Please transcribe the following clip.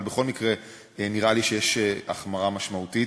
אבל בכל מקרה נראה לי שיש החמרה משמעותית.